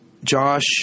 Josh